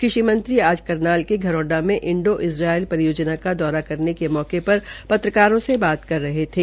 कृषि मंत्री आज करनाल के धरोड़ा में इंडो इज़रायल परियोजना का दौरा करने के मौके पर पत्रकारों से बातचीत कर रहे थे